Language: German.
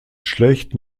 schlecht